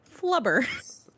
Flubber